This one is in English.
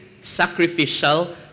sacrificial